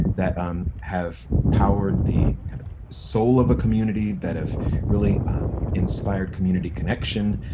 that um have powered the kind of, soul of a community, that have really inspired community connection,